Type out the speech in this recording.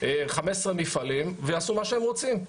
15 מפעלים ויעשו מה שהם רוצים.